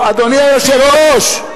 אלה לא יקבלו ואלה לא יקבלו.